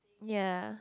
ya